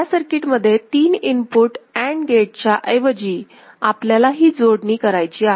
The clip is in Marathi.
ह्या सर्किट मध्ये 3 इनपुट अँड गेटच्या ऐवजी आपल्याला ही जोडणी करायची आहे